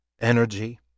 energy